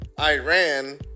Iran